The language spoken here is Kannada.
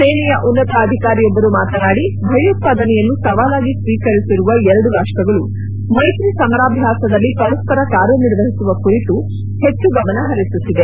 ಸೇನೆಯ ಉನ್ನತ ಅಧಿಕಾರಿಯೊಬ್ಲರು ಮಾತನಾಡಿ ಭಯೋತ್ವಾದನೆಯನ್ನು ಸವಾಲಾಗಿ ಸ್ವೀಕರಿಸಿರುವ ಎರಡು ರಾಷ್ಸಗಳು ಮೈತ್ರಿ ಸಮರಾಭ್ಯಾಸದಲ್ಲಿ ಪರಸ್ಪರ ಕಾರ್ಯನಿರ್ವಹಿಸುವ ಕುರಿತು ಹೆಚ್ಚು ಗಮನ ಹರಿಸುತ್ತಿದೆ